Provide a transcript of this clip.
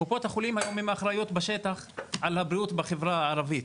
קופות החולים היום הן האחראיות בשטח על הבריאות של החברה הערבית,